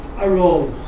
arose